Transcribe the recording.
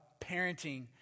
parenting